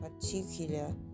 particular